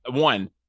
One